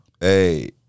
Hey